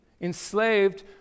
enslaved